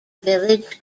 village